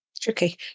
tricky